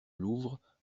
louvre